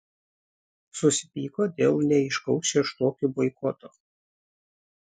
susipyko dėl neaiškaus šeštokių boikoto